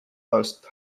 most